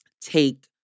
take